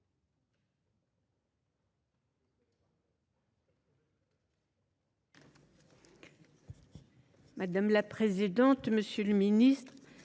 Madame la présidente, monsieur le ministre,